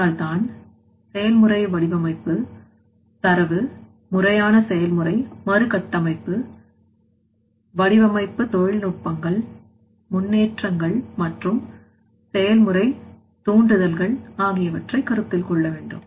அதனால்தான் செயல்முறை வடிவமைப்பு தரவு முறையான செயல்முறை மறுகட்டமைப்பு வடிவமைப்பு தொழில்நுட்பங்கள் முன்னேற்றங்கள் மற்றும் செயல்முறை தூண்டுதல்கள் ஆகியவற்றை கருத்தில் கொள்ள வேண்டும்